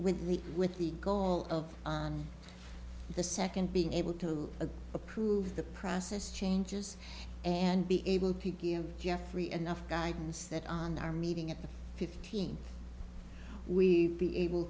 with the with the goal of on the second being able to a approved the process changes and be able to give jeffrey enough guidance that on our meeting at the fifteen we be able